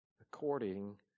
according